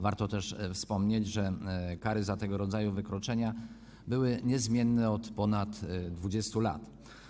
Warto też wspomnieć, że kary za tego rodzaju wykroczenia były niezmienne od ponad 20 lat.